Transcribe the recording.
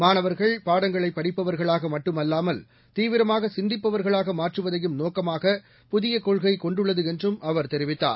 மாணவர்கள் பாடங்களை படிப்பவர்களாக மட்டுமல்லாமல் தீவிரமாக சிந்திப்பவர்களாக மாற்றுவதையும் நோக்கமாக புதிய கொள்கை கொண்டுள்ளது என்றும் அவர் தெரிவித்தார்